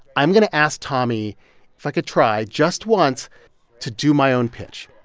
i'm going to ask tommy if i could try just once to do my own pitch.